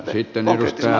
arvoisa puhemies